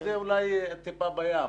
זה אולי טיפה בים.